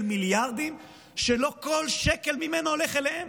מיליארדים שלא כל שקל ממנו הולך אליהם?